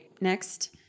Next